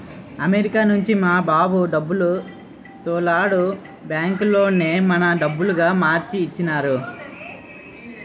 America నుంచి మా బాబు డబ్బులు తోలాడు బ్యాంకులోనే మన డబ్బులుగా మార్చి ఇచ్చినారు